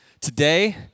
Today